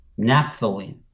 naphthalene